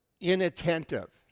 inattentive